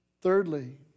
Thirdly